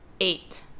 Eight